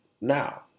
Now